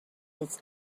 its